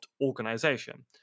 organization